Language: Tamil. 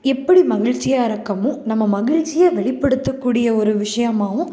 எப்படி மகிழ்ச்சியாக இருக்கோமோ நம்ம மகிழ்ச்சியை வெளிப்படுத்தக்கூடி ஒரு விஷயமாகவும்